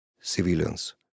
Civilians